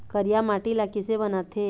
करिया माटी ला किसे बनाथे?